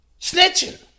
snitching